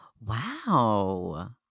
Wow